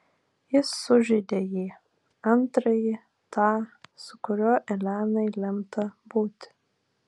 jis sužeidė jį antrąjį tą su kuriuo elenai lemta būti